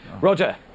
Roger